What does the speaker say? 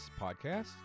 podcast